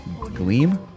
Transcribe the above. Gleam